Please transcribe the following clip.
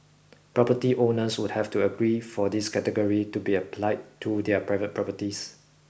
property owners would have to agree for this category to be applied to their private properties